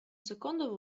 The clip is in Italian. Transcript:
secondo